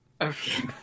Okay